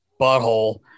butthole